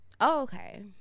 okay